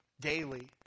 daily